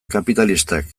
kapitalistak